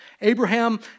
Abraham